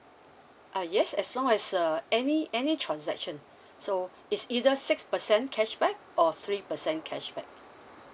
uh yes as long as a any any transaction so it's either six percent cashback or three percent cashback